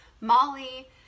Molly